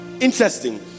interesting